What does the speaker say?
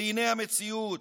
והינה המציאות.